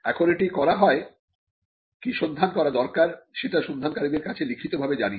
এখন এটি করা হয় কি সন্ধান করা দরকার সেটা সন্ধানকারীদের কাছে লিখিতভাবে জানিয়ে